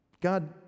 God